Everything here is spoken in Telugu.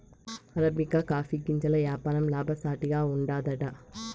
అరబికా కాఫీ గింజల యాపారం లాభసాటిగా ఉండాదట